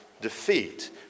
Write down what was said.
defeat